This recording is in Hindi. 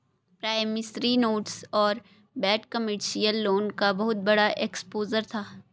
प्रॉमिसरी नोट्स और बैड कमर्शियल लोन का बहुत बड़ा एक्सपोजर था